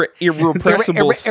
Irrepressible